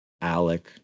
Alec